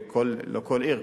לא בכל עיר,